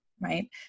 Right